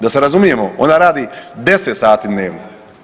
Da se razumijemo ona radi 10 sati dnevno.